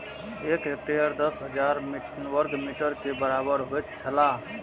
एक हेक्टेयर दस हजार वर्ग मीटर के बराबर होयत छला